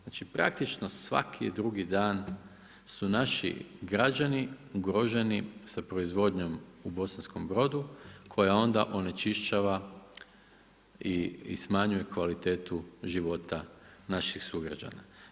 Znači praktično svaki drugi dan su naši građani ugroženi sa proizvodnjom u Bosanskom Brodu koja onda onečišćava i smanjuje kvalitetu života naših sugrađana.